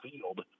field